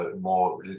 more